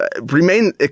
remain